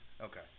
okay